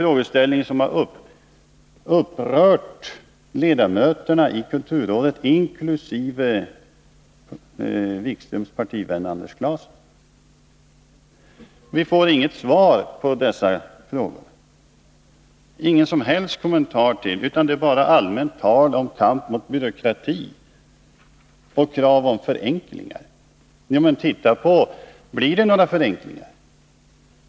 Den har upprört ledamöterna i kulturrådet, inkl. Jan-Erik Wikströms partivän Anders Clason. Vi får inget svar på dessa frågor, inte ens någon kommentar till dem, utan bara allmänt tal om kamp mot byråkrati och krav på förenklingar. Blir det några förenklingar?